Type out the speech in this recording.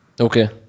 Okay